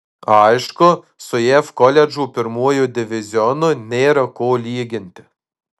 aišku su jav koledžų pirmuoju divizionu nėra ko lyginti